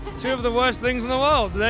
two of the worst things in the world,